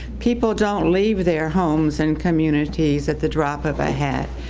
people don't leave their homes and communities at the drop of a hat.